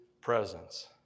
presence